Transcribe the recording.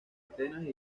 atenas